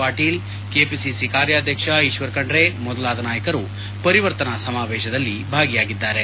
ಪಾಟೀಲ್ ಕೆಪಿಸಿಸಿ ಕಾರ್ಯಾಧಕ್ಷ ಈತ್ವರ ಖಂಡ್ರೆ ಮೊದಲಾದ ನಾಯಕರು ಪರಿವರ್ತನಾ ಸಮಾವೇಶದಲ್ಲಿ ಭಾಗಿಯಾಗಿದ್ದಾರೆ